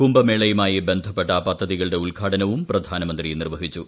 കുംഭമേളയമായി ബന്ധപ്പെട്ട പദ്ധതികളുടെ ഉദ്ഘാടനവും പ്രധാനമന്ത്രി നിർവ്വഹിച്ചു